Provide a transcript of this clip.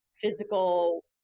physical